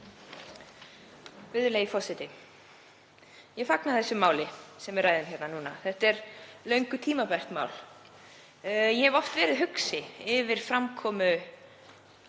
Virðulegi forseti. Ég fagna því máli sem við ræðum hér núna. Þetta er löngu tímabært mál. Ég hef oft verið hugsi yfir framkomu